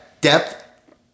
depth